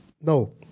No